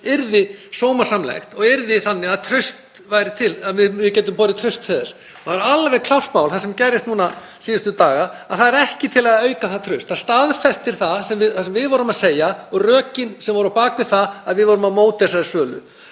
yrði sómasamlegt og yrði þannig að við gætum borið traust þess. Það er alveg klárt mál að það sem gerðist síðustu daga er ekki til að auka það traust. Það staðfestir það sem við vorum að segja og rökin sem voru á bak við það að við vorum á móti þessari sölu.